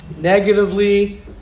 negatively